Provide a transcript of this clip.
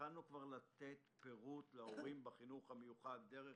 שהתחלנו כבר לתת פירוט להורים בחינוך המיוחד דרך